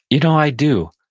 you know, i do.